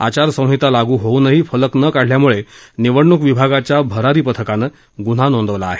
आचारसंहिता लागू होऊनही फलक न काढल्यामुळे निवडणूक विभागाच्या भरारी पथकानं गुन्हा नोंदवला आहे